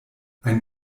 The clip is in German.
ein